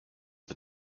the